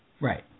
Right